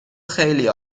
خیلی